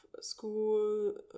school